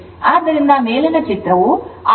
ಆದ್ದರಿಂದ ಮೇಲಿನ ಚಿತ್ರವು I vs ω ಚಿತ್ರದ ಸೂಚನೆಯಾಗಿದೆ